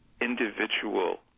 individual